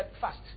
fast